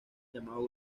llamado